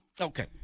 Okay